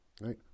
right